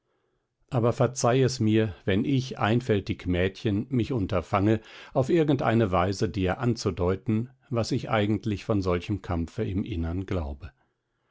aber verzeih es mir wenn ich einfältig mädchen mich unterfange auf irgend eine weise dir anzudeuten was ich eigentlich von solchem kampfe im innern glaube